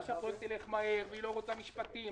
שהפרויקט ילך מהר והיא לא רוצה משפטים.